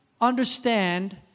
understand